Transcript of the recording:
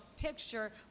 picture